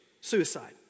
Suicide